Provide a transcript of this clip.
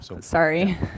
sorry